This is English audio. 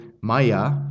Maya